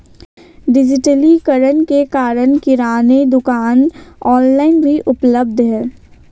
डिजिटलीकरण के कारण किराने की दुकानें ऑनलाइन भी उपलब्ध है